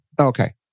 Okay